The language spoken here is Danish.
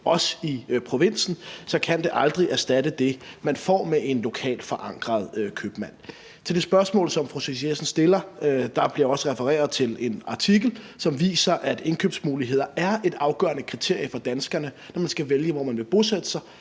også i provinsen, så kan det aldrig erstatte det, man får med en lokalt forankret købmand. I det spørgsmål, som fru Susie Jessen stiller, bliver der også refereret til en artikel, som viser, at indkøbsmuligheder er et afgørende kriterie for danskerne, når man skal vælge, hvor man vil bosætte sig.